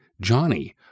Johnny